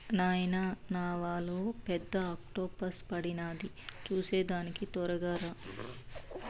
నాయనా నావలో పెద్ద ఆక్టోపస్ పడినాది చూసేదానికి తొరగా రా